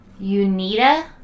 Unita